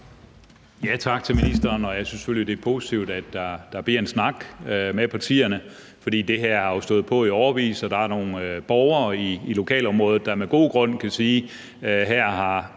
Tak til ministeren. Jeg synes selvfølgelig, at det er positivt, at der bliver en snak med partierne. For det her har jo stået på i årevis, og der er nogle borgere i lokalområdet, der med god grund kan sige, at her har